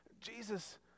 Jesus